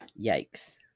Yikes